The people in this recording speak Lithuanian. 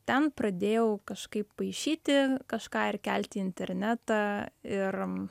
ten pradėjau kažkaip paišyti kažką ir kelt į internetą ir